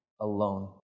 alone